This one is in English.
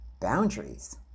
Boundaries